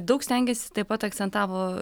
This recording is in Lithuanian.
daug stengėsi taip pat akcentavo